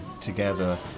together